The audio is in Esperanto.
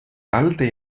alte